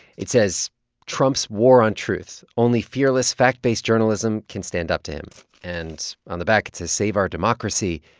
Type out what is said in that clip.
it says trump's war on truth. only fearless, fact-based journalism can stand up to him. and on the back it says, save our democracy.